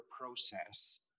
process